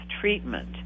treatment